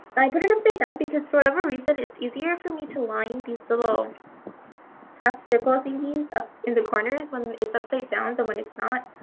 i put it upside down because for whatever reason it's easier for me to line these little half circle thingies up in the corners when it's upside down than when it's not.